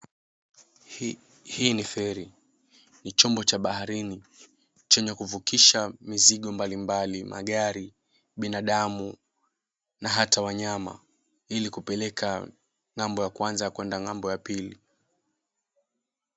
Hii ni feri. Ni chombo cha baharini chenye kuvukisha mizigo mbalimbali; magari, binadamu na hata wanyama ili kupeleka ng'ambo ya kwanza kwenda ng'ambo ya pili.